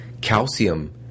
Calcium